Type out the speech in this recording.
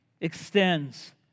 extends